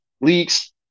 leaks